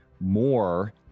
more